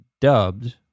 dubbed